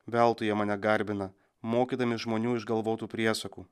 veltui jie mane garbina mokydami žmonių išgalvotų priesakų